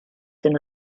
den